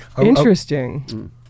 Interesting